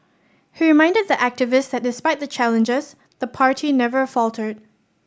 he reminded the activists that despite the challenges the party never faltered